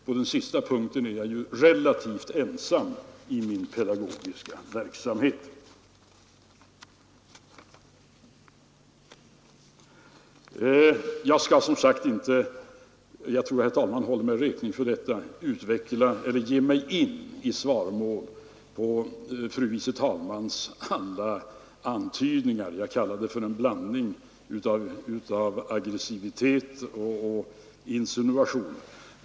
På den sista punkten är jag ju relativt ensam i min pedagogiska verksamhet. Jag skall som sagt inte — och jag tror herr talmannen håller mig räkning för detta — gå i svaromål på fru vice talmannens alla antydningar. Jag vill beteckna innehållet i hennes anförande som en blandning av aggressivitet och insinuationer.